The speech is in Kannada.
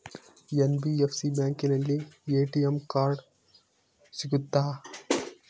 ಎನ್.ಬಿ.ಎಫ್.ಸಿ ಬ್ಯಾಂಕಿನಲ್ಲಿ ಎ.ಟಿ.ಎಂ ಕಾರ್ಡ್ ಸಿಗುತ್ತಾ?